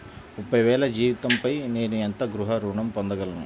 ముప్పై వేల జీతంపై నేను ఎంత గృహ ఋణం పొందగలను?